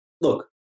look